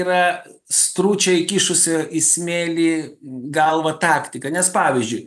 yra stručiai įkišusi į smėlį galvą taktika nes pavyzdžiui